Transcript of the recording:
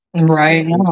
Right